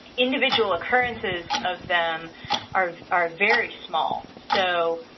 individual occurrences of them are are very small. so